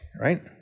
right